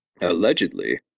Allegedly